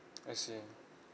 I see